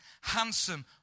handsome